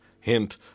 Hint